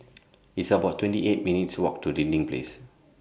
It's about twenty eight minutes' Walk to Dinding Place